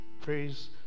Praise